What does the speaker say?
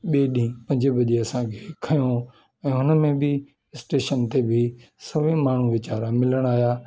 ॿिए ॾींहुं पंज बजे असांखे खयो ऐं हुन में बि स्टेशन ते बि सभई माण्हू वीचारा मिलणु आहिया